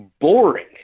boring